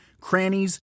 crannies